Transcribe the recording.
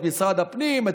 את משרד הפנים,